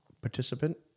participant